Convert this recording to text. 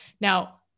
Now